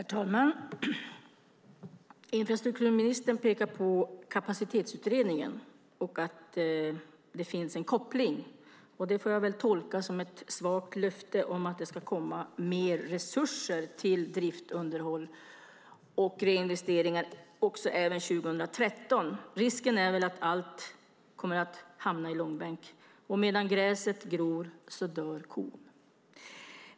Herr talman! Infrastrukturministern pekar på Kapacitetsutredningen och säger att det finns en koppling. Det tolkar jag som ett svagt löfte om att det ska komma mer resurser till drift, underhåll och reinvesteringar även 2013. Risken är väl att allt kommer att hamna i långbänk, och medan gräset gror dör kon.